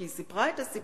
כי היא סיפרה את הסיפור,